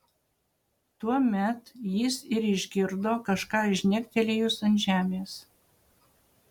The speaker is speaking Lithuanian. tuomet jis ir išgirdo kažką žnektelėjus ant žemės